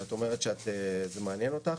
שאת אומרת שזה מעניין אותך,